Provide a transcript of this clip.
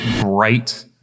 bright